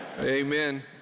Amen